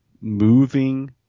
moving